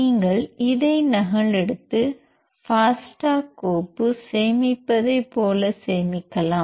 நீங்கள் இதை நகலெடுத்து ஃபாஸ்டா கோப்பு சேமிப்பதைப் போல சேமிக்கலாம்